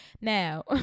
now